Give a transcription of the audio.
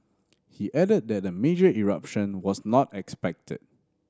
he added that a major eruption was not expected